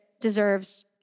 deserves